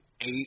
eight